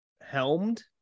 helmed